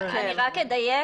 אני אדייק.